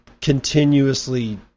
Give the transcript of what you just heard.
continuously